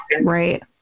Right